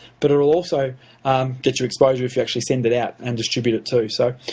but it will also give you exposure if you actually send it out and distribute it too. so